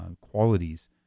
qualities